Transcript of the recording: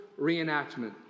reenactment